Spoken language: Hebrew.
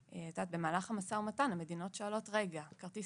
ובמהלך המשא ומתן המדינות שואלות למשל: כרטיס